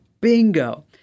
Bingo